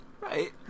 Right